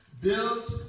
built